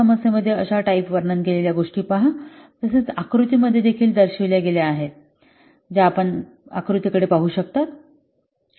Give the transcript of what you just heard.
त्या समस्येमध्ये अशा टाईपे वर्णन केलेल्या गोष्टी पहा तसेच आकृतीमध्ये देखील दर्शविल्या गेल्या आहेत ज्या आपण आकृतीकडे पाहू शकता